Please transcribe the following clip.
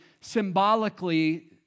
symbolically